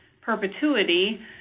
perpetuity